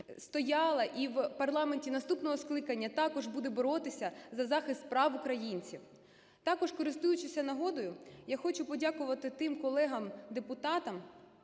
стояла і в парламенті наступного скликання також буде боротися за захист прав українців. Також користуючись нагодою, я хочу подякувати тим колегам депутатам,